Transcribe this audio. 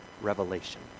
revelation